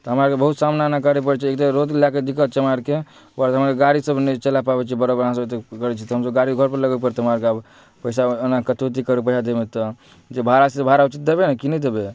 तऽ हमरा अरके बहुत सामना ने करऽ पड़ैत छै एक तऽ रोड लैके दिक्कत छै हमरा अरके ओकर बाद हमरा अर गाड़ी सब नहि चला पाबैत छियै बड़ा बाहन सब एते करै छियै तऽ गाड़ी घर पर लगबै पड़तै हमरा अरके आब पैसा एना कटौती करबै पैसा देबयमे तऽ जे भाड़ा छै से भाड़ा उचित देबय ने कि नहि देबै